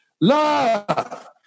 love